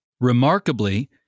Remarkably